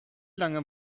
lange